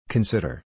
Consider